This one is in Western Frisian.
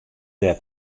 dêr